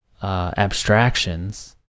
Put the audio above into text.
Abstractions